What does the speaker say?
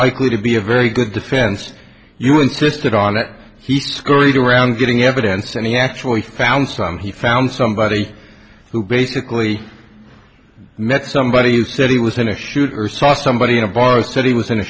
likely to be a very good defense you insisted on it he scurried around getting evidence and he actually found some he found somebody who basically met somebody who said he was in a shoot or saw somebody in a bar said he was in a